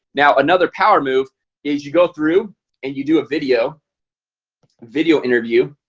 now another power move is you go through and you do a video video interview